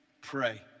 pray